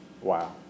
Wow